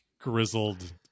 grizzled